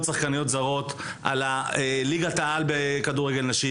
שחקניות זרות לליגת העל בכדורגל נשים.